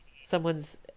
someone's